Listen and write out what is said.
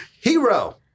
Hero